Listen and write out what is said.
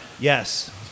Yes